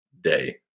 day